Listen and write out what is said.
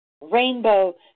Rainbow